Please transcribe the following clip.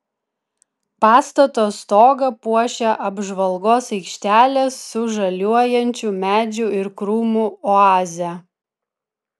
pastato stogą puošia apžvalgos aikštelė su žaliuojančių medžių ir krūmų oaze